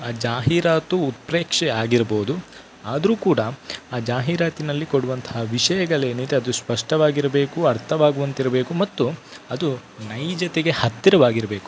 ಆ ಜಾಹೀರಾತು ಉತ್ಪ್ರೇಕ್ಷೆ ಆಗಿರ್ಬೋದು ಆದ್ರೂ ಕೂಡ ಆ ಜಾಹೀರಾತಿನಲ್ಲಿ ಕೊಡುವಂತಹ ವಿಷಯಗಳೇನಿದೆ ಅದು ಸ್ಪಷ್ಟವಾಗಿರಬೇಕು ಅರ್ಥವಾಗುವಂತಿರಬೇಕು ಮತ್ತು ಅದು ನೈಜತೆಗೆ ಹತ್ತಿರವಾಗಿರಬೇಕು